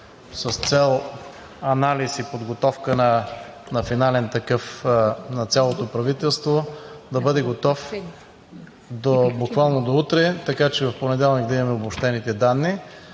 с цел анализ и подготовка на финален такъв на цялото правителство да бъде готов буквално до утре, така че в понеделник да имаме обобщените данни.